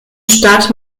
stadt